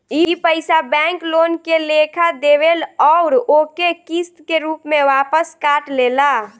ई पइसा bank loan के लेखा देवेल अउर ओके किस्त के रूप में वापस काट लेला